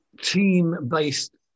team-based